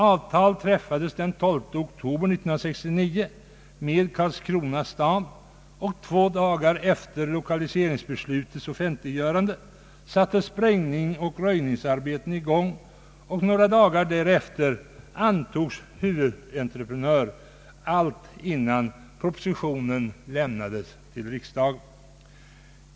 Avtal träffades den 12 oktober 1969 med Karlskrona stad, två dagar efter lokaliseringsbeslutets offentliggörande sattes sprängningsoch röjningsarbetet i gång, några dagar därefter antogs huvudentreprenör; allt innan propositionen lämnats till riksdagen.